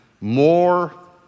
more